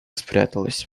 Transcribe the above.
спряталась